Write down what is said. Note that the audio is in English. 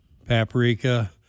paprika